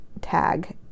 tag